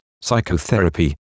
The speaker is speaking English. psychotherapy